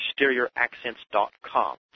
exterioraccents.com